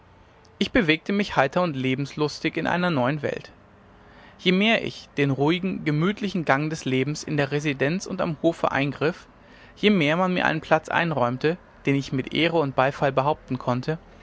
ich bewegte mich heiter und lebenslustig in einer neuen welt je mehr ich in den ruhigen gemütlichen gang des lebens in der residenz und am hofe eingriff je mehr man mir einen platz einräumte den ich mit ehre und beifall behaupten konnte